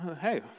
Hey